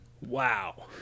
Wow